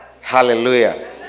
hallelujah